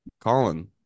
Colin